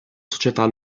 società